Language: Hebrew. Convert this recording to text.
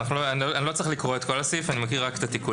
אני לא צריך לקרוא את כל הסעיף אלא להקריא את התיקונים.